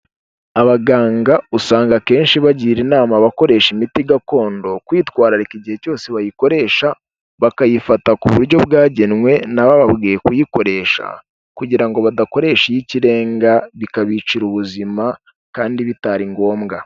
Abaganga usanga akenshi bagira inama abakoresha imiti gakondo kwitwararika igihe cyose bayikoresha, bakayifata ku buryo bwagenwe n'abababwiye kuyikoresha kugira ngo badakoresha iy'ikirenga bikabicira ubuzima kandi bitari ngombwa.